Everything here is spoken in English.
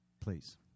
please